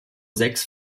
sechs